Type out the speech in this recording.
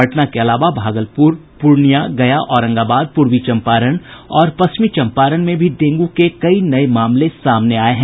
पटना के अलावा भागलपुर पूर्णिया गया औरंगाबाद पूर्वी चंपारण और पश्चिमी चंपारण में भी डेंगू के कई नये मामले सामने आये हैं